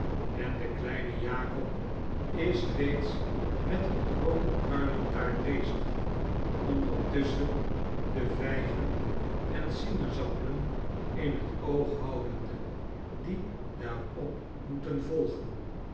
en de kleine jakob is reeds met eene groote pruimentaart bezig ondertusschen de vijgen en sinaasappelen in het oog houdende die daarop moeten volgen